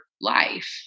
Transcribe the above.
life